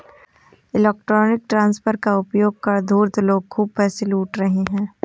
electronic transfer का उपयोग कर धूर्त लोग खूब पैसे लूट रहे हैं